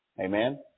Amen